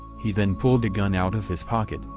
he then pulled a gun out of his,